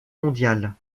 mondiale